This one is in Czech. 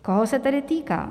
Koho se tedy týká?